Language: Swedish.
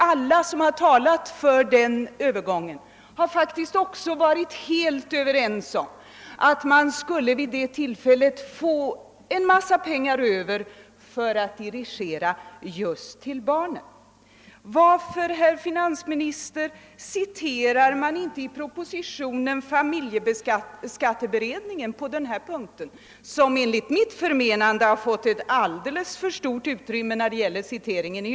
Alla som har talat för den övergången har faktiskt också varit helt överens om att man skulle vid genomförande av den principen få en massa pengar över för att dirigera dem just till barnen. Varför, herr finansminister, citerar man inte i propositionen familjeskatteberedningens uttalande på denna punkt? Familjeskatteberedningens uttalanden i övrigt har enligt min mening fått ett alldeles för stort utrymme i form av citat i propositionen.